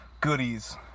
goodies